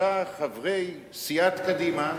חברי סיעת קדימה